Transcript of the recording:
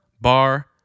Bar